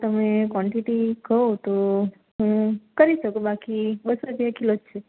તમે કોન્ટિટી કહો તો હું કરી શકું બાકી બસો જેટલો જ છે